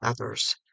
others